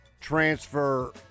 transfer